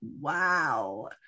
wow